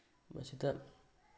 ꯃꯁꯤꯗ